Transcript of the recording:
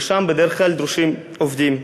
ושם בדרך כלל דרושים עובדים.